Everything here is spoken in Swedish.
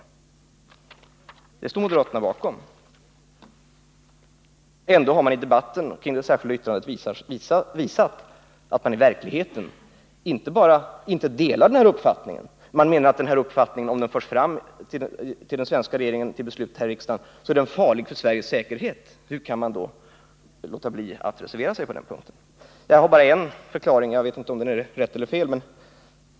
Ändå har moderaterna i debatten kring det särskilda yttrandet visat att de i verkligheten inte delar denna uppfattning. Man menar att denna uppfattning — om den förs fram till den svenska regeringen genom beslut här i riksdagen — är farlig för Sveriges säkerhet. Hur kan man då låta bli att reservera sig på den punkten? Jag har bara en förklaring till det, men jag vet inte om den är riktig eller felaktig.